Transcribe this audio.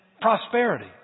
prosperity